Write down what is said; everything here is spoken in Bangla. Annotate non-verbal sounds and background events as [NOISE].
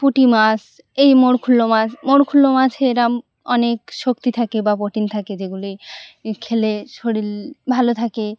পুঁটি মাছ এই [UNINTELLIGIBLE] মাছ [UNINTELLIGIBLE] মাছে এরকম অনেক শক্তি থাকে বা প্রোটিন থাকে যেগুলি খেলে শরীর ভালো থাকে